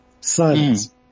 silence